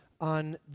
on